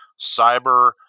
cyber